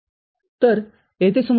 तर येथे सुमारे 0